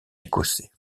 écossais